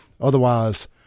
Otherwise